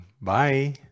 Bye